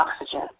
oxygen